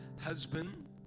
Husband